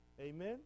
Amen